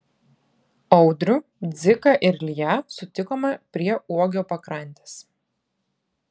audrių dziką ir ilją sutikome prie uogio pakrantės